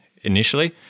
initially